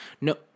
no